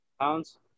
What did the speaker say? pounds